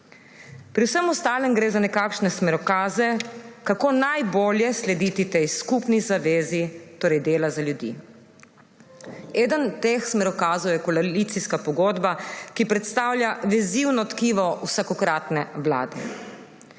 Pri vsem ostalem gre za nekakšne smerokaze, kako najbolje slediti tej skupni zavezi, torej delu za ljudi. Eden od teh smerokazov je koalicijska pogodba, ki predstavlja vezivno tkivo vsakokratne vlade.